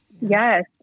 yes